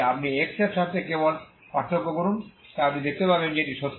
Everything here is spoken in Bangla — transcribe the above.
আপনি x এর সাথে কেবল পার্থক্য করুন তাই আপনি দেখতে পাবেন যে এটি সত্য